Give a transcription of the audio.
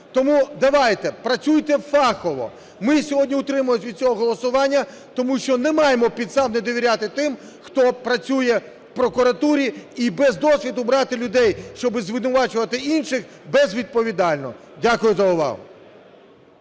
Тому давайте працюйте фахово. Ми сьогодні утримались від цього голосування, тому що немає підстав не довіряти тим, хто працює в прокуратурі, і без досвіду брати людей, щоб звинувачувати інших, – безвідповідально. Дякую за увагу.